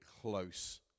close